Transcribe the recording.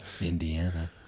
Indiana